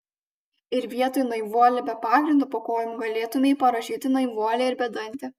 ir vietoj naivuolė be pagrindo po kojom galėtumei parašyti naivuolė ir bedantė